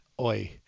oi